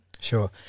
Sure